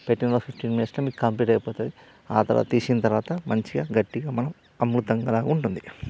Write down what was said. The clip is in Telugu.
పెట్టిన తరువాత ఫిఫ్టీ మినిట్స్లో మీకు కంప్లీట్ అయిపోతుంది ఆ తరువాత తీసిన తరువాత మంచిగా గట్టిగా మనం అమృతం లాగా ఉంటుంది